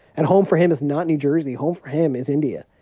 and home for him is not new jersey. home for him is india.